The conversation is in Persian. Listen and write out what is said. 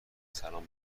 سلام